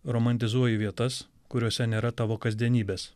romantizuoji vietas kuriose nėra tavo kasdienybės